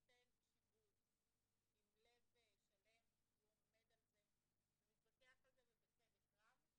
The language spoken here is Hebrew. נותן שיבוץ עם לב שלם והוא עומד על זה ומתווכח על זה ובצדק רב,